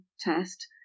test